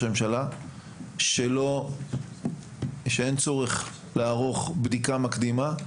הממשלה שאין צורך לערוך בדיקה מקדימה.